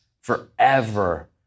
forever